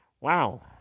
Wow